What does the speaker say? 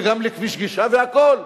וגם לכביש גישה והכול.